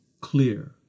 clear